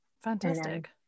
fantastic